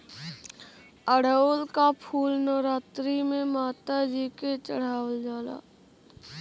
अढ़ऊल क फूल नवरात्री में माता जी के चढ़ावल जाला